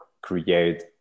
create